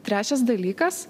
trečias dalykas